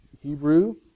Hebrew